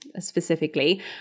Specifically